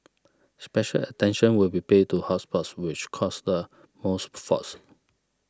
special attention will be paid to hot spots which cause the most faults